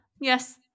yes